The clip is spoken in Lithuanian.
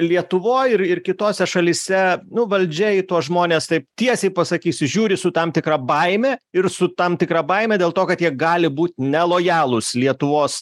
lietuvoj ir ir kitose šalyse nu valdžia į tuos žmones taip tiesiai pasakysiu žiūri su tam tikra baime ir su tam tikra baime dėl to kad jie gali būt nelojalūs lietuvos